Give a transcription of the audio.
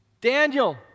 Daniel